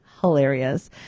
hilarious